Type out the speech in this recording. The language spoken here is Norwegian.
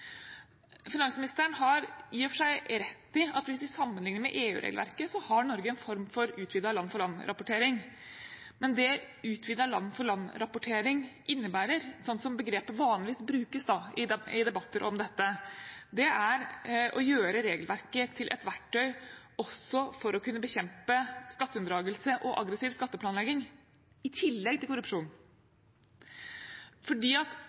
Finansministeren har i og for seg rett i at hvis vi sammenligner med EU-regelverket, har Norge en form for utvidet land-for-land-rapportering. Men det utvidet land-for-land-rapportering innebærer – sånn som begrepet vanligvis brukes i debatter om dette – er å gjøre regelverket til et verktøy for også å kunne bekjempe skatteunndragelse og aggressiv skatteplanlegging i tillegg til korrupsjon, fordi utvidet rapportering vil bety at